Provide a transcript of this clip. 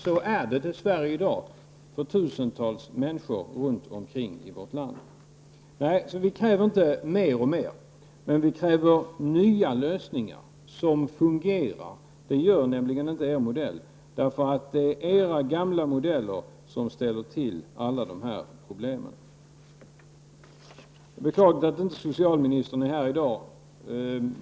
Så är det dess värre i dag för tusentals människor runt om i vårt land. Vi kräver inte mer och mer, men vi kräver nya lösningar som fungerar. Det gör nämligen inte er modell. Det är era gamla modeller som ställer till alla problemen. Socialministern är inte här i dag.